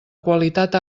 qualitat